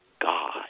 God